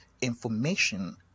information